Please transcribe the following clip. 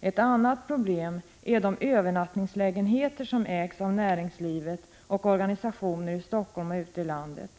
Ett annat problem är de övernattningslägenheter som ägs av näringslivet och organisationer i Helsingfors och ute i landet.